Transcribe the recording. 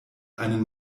einen